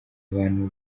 abantu